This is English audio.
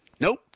Nope